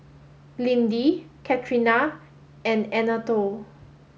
Lindy Catrina and Anatole